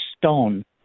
stone